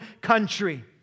country